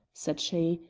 said she,